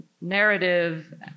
narrative